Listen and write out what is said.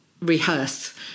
rehearse